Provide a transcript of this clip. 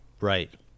Right